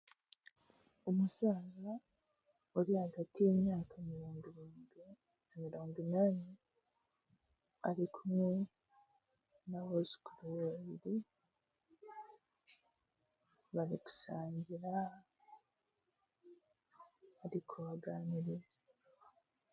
Umusaza uri hagati y'imyaka mirongo irindwi na mirongo inani, ari kumwe n'abuzukuru be babiri bari gusangira ari kubaganiriza.